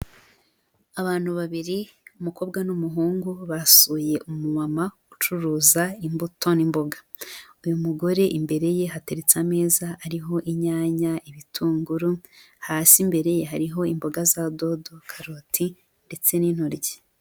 Abantu babiri umukobwa n'umuhungu basuye umumama ucuruza imbuto n'imboga, uyu mugore imbere ye hateretse ameza ariho inyanya, ibitunguru hasi imbere ye hariho imboga za dodo, karoti ndetse n'intoryi.